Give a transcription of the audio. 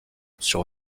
sur